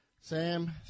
Sam